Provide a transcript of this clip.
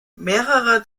mehrere